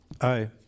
Aye